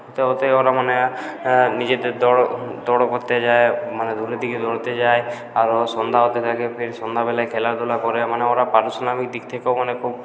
হতে হতেই ওরা মানে নিজেদের দরও দরও করতে যায় মানে ভোরের দিকে দৌঁড়োতে যায়ে আরও সন্ধ্যা হতে থাকে ফির সন্ধ্যাবেলায় খেলাধূলা করে মানে ওরা পারিশ্রমিক দিক থেকেও মানে খুব